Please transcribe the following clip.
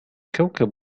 كوكب